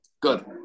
Good